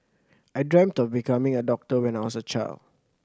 I dreamt of becoming a doctor when I was a child